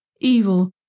evil